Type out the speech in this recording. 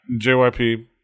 JYP